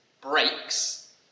breaks